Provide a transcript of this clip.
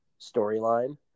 storyline